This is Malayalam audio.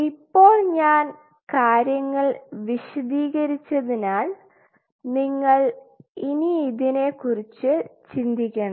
ഇപ്പോൾ ഞാൻ കാര്യങ്ങൾ വിശദീകരിച്ചതിനാൽ നിങ്ങൾ ഇനി ഇതിനെ കുറിച്ചു ചിന്തിക്കണം